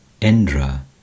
Indra